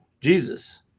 Jesus